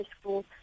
school